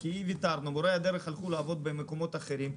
כי אם ויתרנו ומורי הדרך ילכו לעבוד במקומות אחרים,